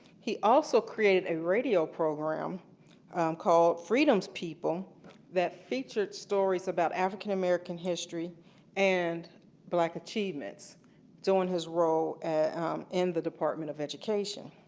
he also created a radio program called freedom people that featured stories african-american history and black achievement during his role in the department of education.